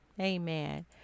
Amen